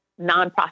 nonprofit